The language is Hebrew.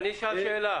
אני אשאל שאלה.